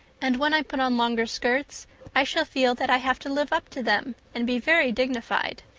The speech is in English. and when i put on longer skirts i shall feel that i have to live up to them and be very dignified.